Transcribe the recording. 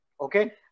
Okay